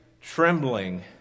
trembling